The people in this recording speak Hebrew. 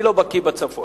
אני לא בקי בצפון.